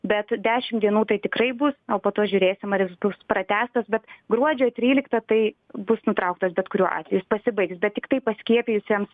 bet dešim dienų tai tikrai bus o po to žiūrėsim ar jis bus pratęstas bet gruodžio tryliktą tai bus nutrauktas bet kuriuo atveju jis pasibaigs bet tiktai paskiepijusiems